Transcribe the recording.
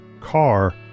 car